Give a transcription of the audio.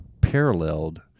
paralleled